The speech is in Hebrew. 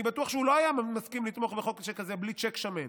אני בטוח שהוא לא היה מסכים לתמוך בחוק שכזה בלי צ'ק שמן.